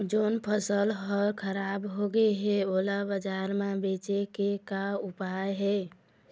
जोन फसल हर खराब हो गे हे, ओला बाजार म बेचे के का ऊपाय हे?